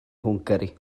hwngari